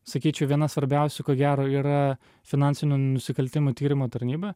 sakyčiau viena svarbiausių ko gero yra finansinių nusikaltimų tyrimų tarnyba